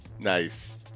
Nice